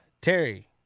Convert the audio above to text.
Terry